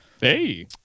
Hey